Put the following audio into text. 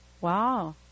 Wow